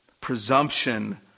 presumption